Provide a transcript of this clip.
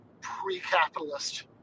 pre-capitalist